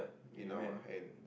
in our hand